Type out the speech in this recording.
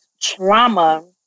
trauma